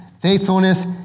faithfulness